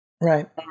Right